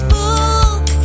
book